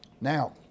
Now